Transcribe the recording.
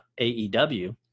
AEW